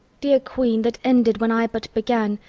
dear queen, that ended when i but began,